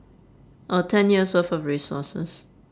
oh ten years worth of resources